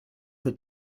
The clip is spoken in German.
für